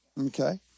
Okay